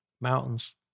Mountains